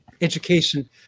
education